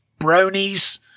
bronies